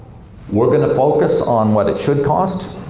we're going to focus on what it should cost.